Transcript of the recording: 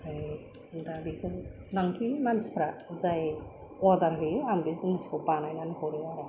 ओमफ्राय दा बिदिनो लांफैयो मानसिफ्रा जाय अर्डार होयो आं बे मानसिनो बानायनानै हरो आरो